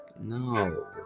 no